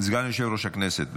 סגן יושב-ראש הכנסת.